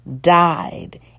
died